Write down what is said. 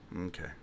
Okay